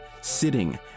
sitting